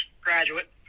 graduate